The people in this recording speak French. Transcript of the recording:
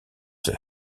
the